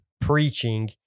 preaching